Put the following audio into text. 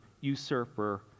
usurper